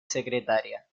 secretaria